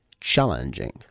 challenging